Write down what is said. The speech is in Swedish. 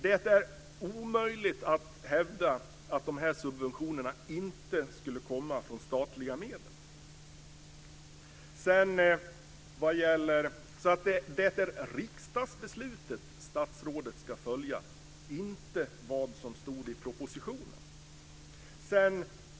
Det är omöjligt att hävda att de här subventionerna inte skulle komma från statliga medel. Det är riksdagsbeslutet som statsrådet ska följa, inte vad som stod i propositionen.